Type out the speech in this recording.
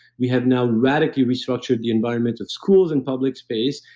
we have now radically restructured the environment of schools and public space,